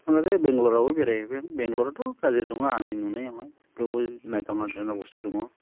माखासे बेंगलरावबो बेरायहैबाय आं बेंगलराथ' गाज्रि नङा आंनि नुनायावहाय बेयावबो नायथाव नायथावना बुस्थु दङ